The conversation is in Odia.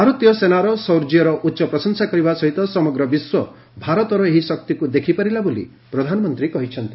ଭାରତୀୟ ସେନାର ଶୌର୍ଯ୍ୟର ଉଚ୍ଚ ପ୍ରଶଂସା କରିବା ସହିତ ସମଗ୍ର ବିଶ୍ୱ ଭାରତର ଏହି ଶକ୍ତିକୁ ଦେଖିପାରିଲା ବୋଲି ପ୍ରଧାନମନ୍ତ୍ରୀ କହିଛନ୍ତି